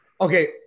Okay